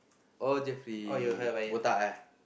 oh Jeffrey botak eh